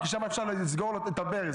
כי שם אפשר לסגור לו את הברז,